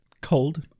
Cold